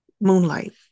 Moonlight